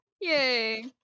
yay